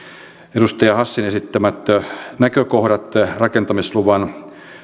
edustaja hassin esittämät näkökohdat rakentamisluvan